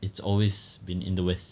it's always been in the west